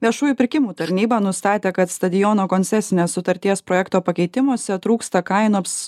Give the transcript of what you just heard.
viešųjų pirkimų tarnyba nustatė kad stadiono koncesinės sutarties projekto pakeitimuose trūksta kainoms